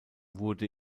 wurde